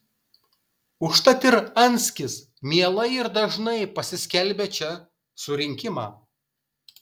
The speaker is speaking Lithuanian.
užtat ir anskis mielai ir dažnai pasiskelbia čia surinkimą